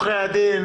עורכי הדין,